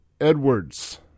Edwards